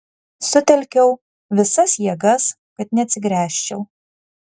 sutelkiau visas jėgas kad neatsigręžčiau